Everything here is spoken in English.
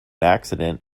accident